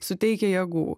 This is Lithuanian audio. suteikia jėgų